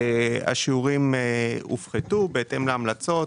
השיעורים הופחתו בהתאם להמלצות: